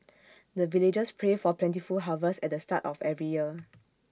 the villagers pray for plentiful harvest at the start of every year